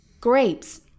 grapes